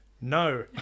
No